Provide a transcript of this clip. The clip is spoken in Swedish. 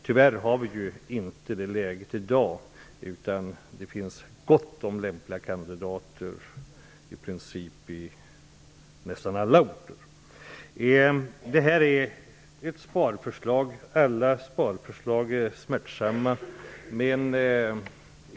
Tyvärr har vi inte det läget i dag, utan det finns gott om lämpliga kandidater på nästan alla orter. Det gäller här ett sparförslag, och alla sparförslag är smärtsamma.